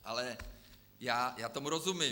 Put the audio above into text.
Ale já tomu rozumím.